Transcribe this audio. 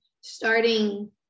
starting